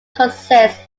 consists